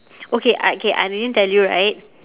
okay I okay I didn't tell you right